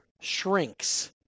shrinks